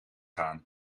gaan